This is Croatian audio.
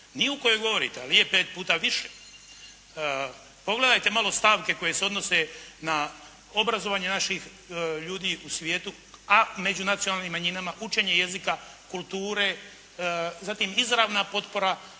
Ni u kojoj govorite, ali je pet puta više. Pogledajte malo stavke koje se odnose na obrazovanje naših ljudi u svijetu, a među nacionalnim manjinama učenje jezika, kulture, zatim izravna potpora,